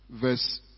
verse